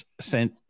sent